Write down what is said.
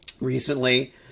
recently